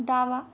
डावा